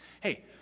Hey